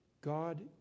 God